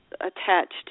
attached